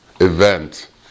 event